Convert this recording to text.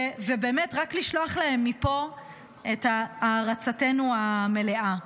באמת, רק לשלוח להן מפה את הערצתנו המלאה.